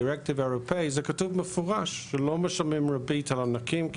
הדירקטיב האירופאי כתוב במפורש שלא משלמים ריבית על ענקים,